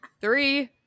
Three